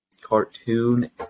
cartoon